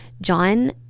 John